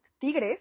Tigres